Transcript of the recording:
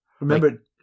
Remember